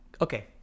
Okay